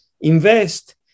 invest